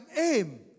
aim